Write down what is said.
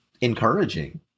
encouraging